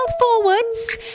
forwards